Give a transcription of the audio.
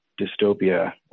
dystopia